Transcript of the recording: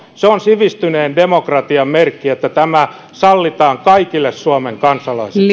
se on sivistyneen demokratian merkki että tämä sallitaan kaikille suomen kansalaisille